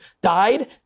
died